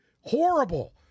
Horrible